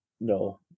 no